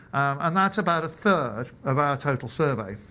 and that's about a third of our total survey.